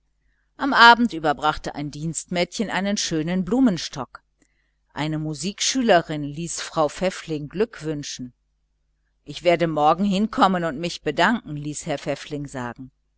am abend überbrachte ein dienstmädchen einen schönen blumenstock eine musikschülerin ließ frau pfäffling gratulieren ich werde morgen hinkommen und mich bedanken ließ herr pfäffling sagen